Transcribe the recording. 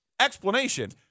Explanation